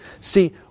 See